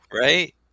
Right